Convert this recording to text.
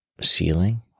ceiling